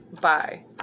bye